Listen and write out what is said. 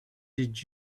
did